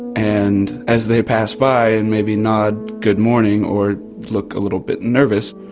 and as they pass by, and maybe nod good morning or look a little bit nervous,